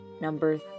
number